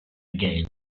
again